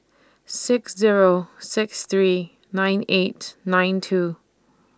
six Zero six three nine eight nine two